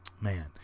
man